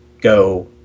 go